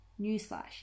Newsflash